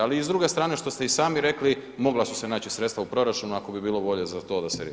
Ali i s druge strane što ste i sami rekli mogla su se naći sredstva u proračunu ako bi bilo volje za to da se riješi.